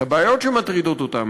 את הבעיות שמטרידות אותם,